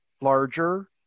larger